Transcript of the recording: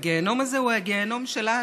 הגיהינום הזה הוא הגיהינום שלנו.